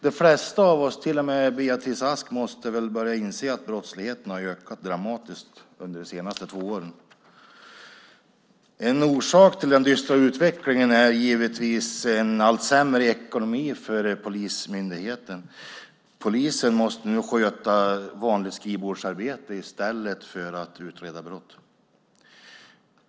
De flesta av oss, till och med Beatrice Ask, måste väl börja inse att brottsligheten har ökat dramatiskt under de senaste två åren? En orsak till den dystra utvecklingen är givetvis en allt sämre ekonomi för polismyndigheten. Polisen måste nu sköta vanligt skrivbordsarbete i stället för att utreda brott.